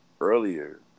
earlier